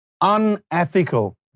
unethical